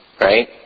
right